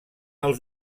els